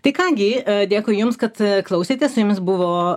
tai ką gi dėkui jums kad klausėtės su jumis buvo